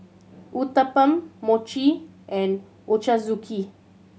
Uthapam Mochi and Ochazuke